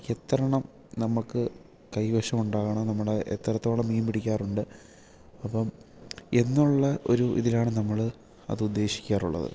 എത്രയെണം നമുക്ക് കൈവശം ഉണ്ടാകണം നമ്മുടെ എത്രത്തോളം മീൻ പിടിക്കാറുണ്ട് അപ്പം എന്നുള്ള ഒരു ഇതിലാണ് നമ്മൾ അത് ഉദ്ദേശിക്കാറുള്ളത്